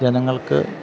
ജനങ്ങൾക്ക്